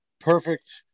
perfect